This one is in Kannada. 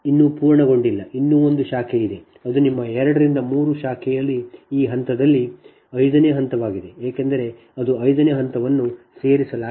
4916 ಆದರೆ ಇನ್ನೂ ಪೂರ್ಣಗೊಂಡಿಲ್ಲ ಇನ್ನೂ ಒಂದು ಶಾಖೆ ಇದೆ ಅದು ನಿಮ್ಮ 2 ರಿಂದ 3 ಶಾಖೆಯಲ್ಲಿ ಈ ಸಂದರ್ಭದಲ್ಲಿ 5 ನೇ ಹಂತವಾಗಿದೆ ಏಕೆಂದರೆ ಅದು 5 ನೇ ಹಂತವನ್ನು ಸೇರಿಸಲಾಗಿಲ್ಲ